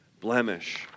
blemish